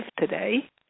today